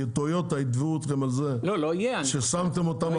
כי טויוטה יתבעו אתכם על זה ששמתם אותם